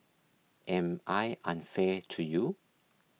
am I unfair to you